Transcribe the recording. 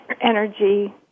energy